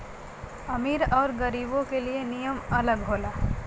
अमीर अउर गरीबो के लिए नियम अलग होला